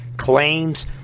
claims